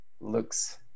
looks